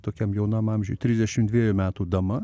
tokiam jaunam amžiuj trisdešim dviejų metų dama